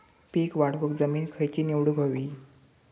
पीक वाढवूक जमीन खैची निवडुक हवी?